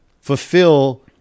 fulfill